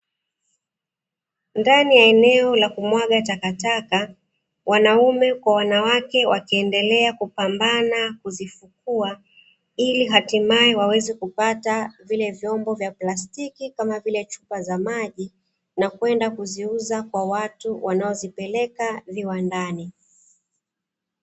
Ndani ya eneo la kumwaga takataka, wanaume kwa wanawake wakiendelea kupambana kuzifukua ili hatimaye waweze kupata vile vyombo vya plastiki kama vile chupa za maji, na kwenda kuziuza kwa watu wanaozipeleka viwandani.